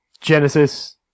Genesis